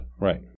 Right